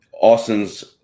austin's